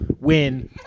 win